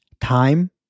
time